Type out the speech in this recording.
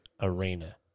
arena